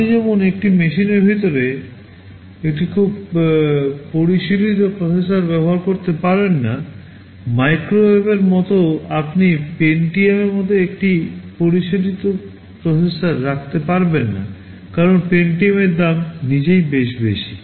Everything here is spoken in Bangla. আপনি যেমন একটি মেশিনের ভিতরে একটি খুব পরিশীলিত প্রসেসর ব্যবহার করতে পারবেন না মাইক্রোওয়েভের মতো আপনি পেন্টিয়ামের মতো একটি পরিশীলিত প্রসেসর রাখতে পারবেন না কারণ পেন্টিয়ামের দাম নিজেই বেশ বেশি